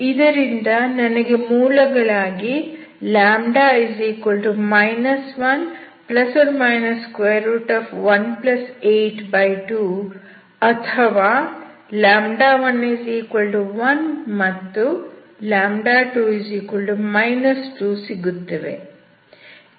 ಇದರಿಂದ ನನಗೆ ಮೂಲಗಳಾಗಿ λ 1±182 ಅಥವಾ 11 ಮತ್ತು 2 2 ಸಿಗುತ್ತವೆ